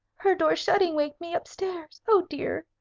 her door shutting waked me up-stairs. oh, dear!